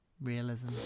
realism